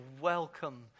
welcome